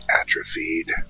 atrophied